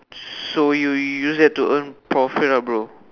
so you you you use that to earn profit ah bro